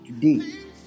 Today